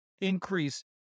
increase